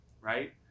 right